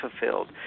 fulfilled